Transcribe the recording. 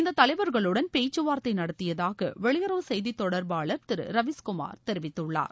இந்த தலைவர்களுடன் பேச்சுவார்த்தை நடத்தியதாக வெளியுறவு செய்தி தொடர்பாளர் திரு ரவீஸ்குமார் தெரிவித்துள்ளார்